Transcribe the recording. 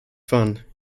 fun